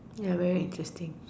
ya very interesting